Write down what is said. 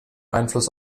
einfluss